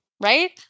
right